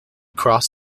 cross